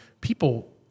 people